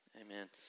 Amen